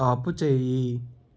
ఆపుచేయి